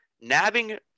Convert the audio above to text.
nabbing